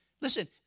Listen